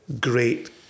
great